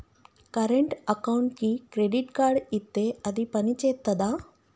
Current అకౌంట్కి credit card ఇత్తే అది పని చేత్తదా?